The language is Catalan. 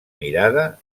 mirada